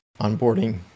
onboarding